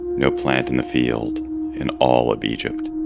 no plant in the field in all of egypt